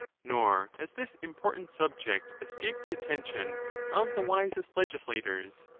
nor has this im portant subject escaped the attention of the wisest legislators.